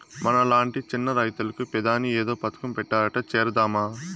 మనలాంటి చిన్న రైతులకు పెదాని ఏదో పథకం పెట్టారట చేరదామా